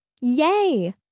Yay